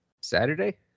Saturday